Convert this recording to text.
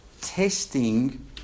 testing